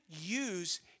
use